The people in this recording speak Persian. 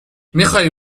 میخوای